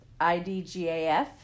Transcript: IDGAF